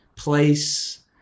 Place